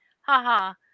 ha-ha